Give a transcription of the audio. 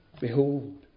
Behold